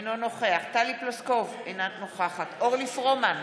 אינו נוכח טלי פלוסקוב, אינה נוכחת אורלי פרומן,